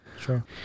Sure